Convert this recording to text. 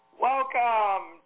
Welcome